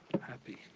Happy